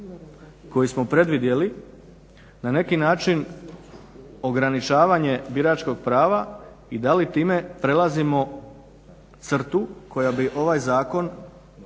koji smo predvidjeli na neki način ograničavanje biračkog prava i da li time prelazimo crtu koja bi ovaj zakon